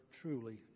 truly